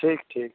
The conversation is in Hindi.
ठीक ठीक